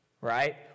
Right